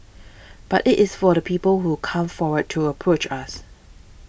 but it is for the people who come forward to approach us